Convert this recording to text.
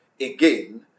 again